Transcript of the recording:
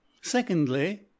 Secondly